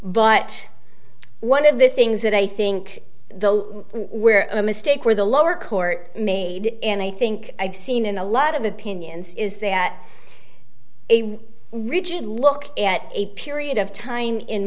but one of the things that i think the where the mistake where the lower court made and i think i've seen in a lot of opinions is that a rigid look at a period of time in